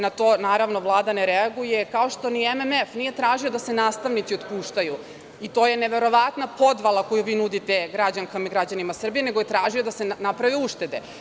Na to, naravno, Vlada ne reaguje, kao što ni MMF nije tražio da se nastavnici otpuštaju i to je neverovatna podvala koju vi nudite građankama i građanima Srbije, nego je tražio da se naprave uštede.